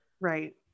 right